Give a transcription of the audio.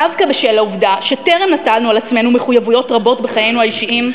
דווקא בשל העובדה שטרם נטלנו על עצמנו מחויבויות רבות בחיינו האישיים,